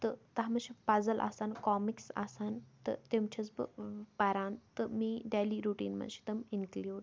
تہٕ تَتھ منٛز چھِ پَزٕل آسان کامِکٕس آسان تہٕ تِم چھَس بہٕ پَران تہٕ میٲنۍ ڈیلی رُٹیٖن منٛز چھِ تِم اِنکِلیوٗڈ